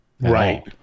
Right